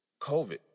COVID